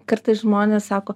kartais žmonės sako